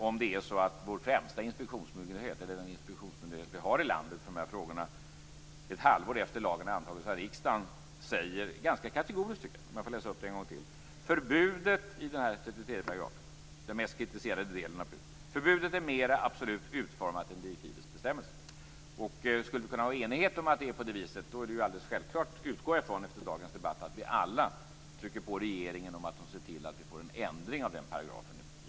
Den inspektionsmyndighet vi har i landet för de här frågorna uttalar sig ett halvår efter det att lagen har antagits av riksdagen ganska kategoriskt, tycker jag. Låt mig läsa upp det en gång till: PUL - är mera absolut utformat än direktivets bestämmelse. Skulle vi ha enighet om att det är på det viset är det ju alldeles självklart - det utgår jag från efter dagens debatt - att vi alla trycker på regeringen så att man ser till att vi får en ändring av den paragrafen i